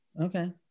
okay